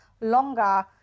longer